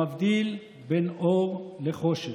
המבדיל בין אור לחושך.